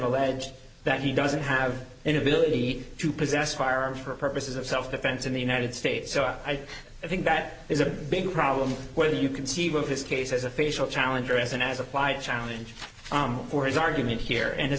alleged that he doesn't have an ability to possess firearms for purposes of self defense in the united states so i think that is a big problem whether you conceive of this case as a facial challenge or as an as applied challenge for his argument here and his